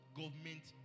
government